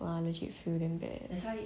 !wah! legit feeling bad